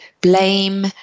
blame